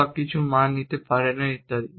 বা কিছু মান নিতে পারে না ইত্যাদি